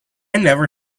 never